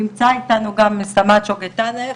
נמצא איתנו גם סמאצו גנטך,